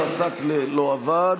עסאקלה לא עבד.